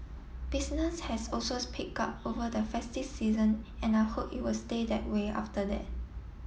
business has also picked up over the festive season and I hope you will stay that way after that